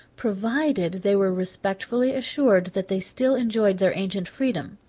provided they were respectfully assured that they still enjoyed their ancient freedom.